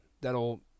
that'll